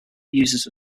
user